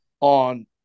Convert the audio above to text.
on